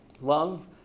Love